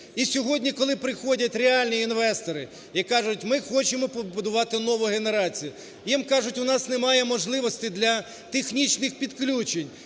І сьогодні, коли приходять реальні інвестори і кажуть "ми хочемо побудувати нову генерацію", їм кажуть: "У нас немає можливості для технічних підключень.